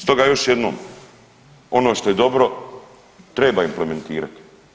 Stoga još jednom, ono što je dobro treba implementirati.